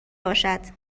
باشد